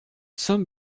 some